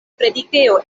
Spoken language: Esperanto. predikejo